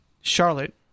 Charlotte